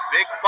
Big